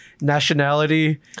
nationality